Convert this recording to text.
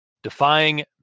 defying